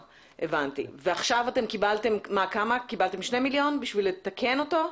ועכשיו קיבלתם שני מיליון שקלים כדי לתקן אותו?